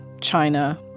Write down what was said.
China